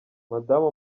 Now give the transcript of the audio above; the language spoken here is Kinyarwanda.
madamu